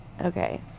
Okay